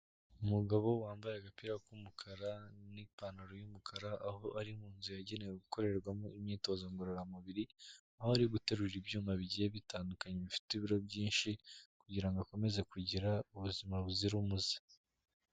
Umugabo wambaye agapira k'umukara n'ipantaro y'umukara, aho ari mu nzu yagenewe gukorerwamo imyitozo ngororamubiri, aho ari guterura ibyuma bigiye bitandukanye bifite ibiro byinshi kugira ngo akomeze kugira ubuzima buzira umuze.